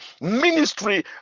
ministry